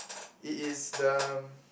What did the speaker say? it is the